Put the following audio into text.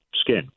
skin